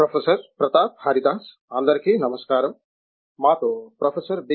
professor Pratap Haridas అందరికీ నమస్కారం మాతో ప్రొఫెసర్ బి